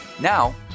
Now